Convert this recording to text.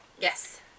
Yes